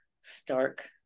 stark